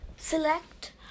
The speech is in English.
Select